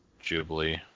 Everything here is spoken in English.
Jubilee